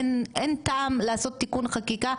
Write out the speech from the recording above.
אין טעם לעשות תיקון חקיקה,